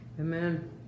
Amen